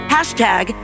Hashtag